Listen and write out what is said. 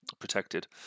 protected